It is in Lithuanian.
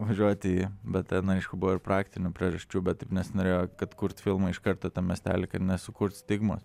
važiuoti į bet ten aišku buvo ir praktinių priežasčių bet nesinorėjo kad kurt filmą iš karto tam miestely kad nesukurt stigmos